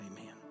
Amen